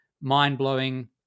mind-blowing